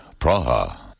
Praha